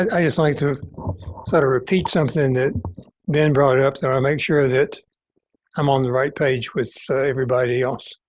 i just like to sort of repeat something that ben brought it up so to make sure that i'm on the right page with so everybody else.